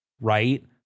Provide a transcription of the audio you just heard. Right